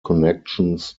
connections